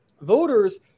voters